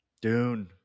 Dune